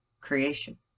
creation